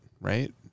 right